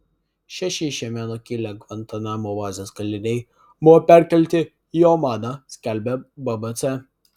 šeši iš jemeno kilę gvantanamo bazės kaliniai buvo perkelti į omaną skelbia bbc